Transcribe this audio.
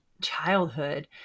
childhood